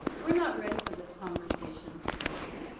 we're not ready for this conversation today.